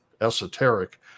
esoteric